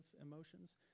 emotions